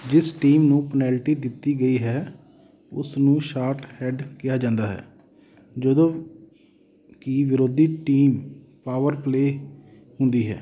ਜਿਸ ਟੀਮ ਨੂੰ ਪਨੈਲਟੀ ਦਿੱਤੀ ਗਈ ਹੈ ਉਸ ਨੂੰ ਸ਼ਾਰਟ ਹੈਡ ਕਿਹਾ ਜਾਂਦਾ ਹੈ ਜਦੋਂ ਕਿ ਵਿਰੋਧੀ ਟੀਮ ਪਾਵਰ ਪਲੇਅ ਹੁੰਦੀ ਹੈ